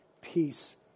peace